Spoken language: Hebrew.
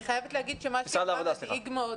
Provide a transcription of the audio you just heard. אני חייבת לומר שמה שאמרה מיכל, זה מדאיג מאוד.